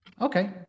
Okay